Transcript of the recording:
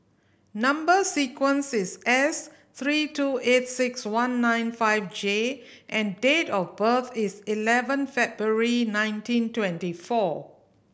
number sequence is S three two eight six one nine five J and date of birth is eleven February nineteen twenty four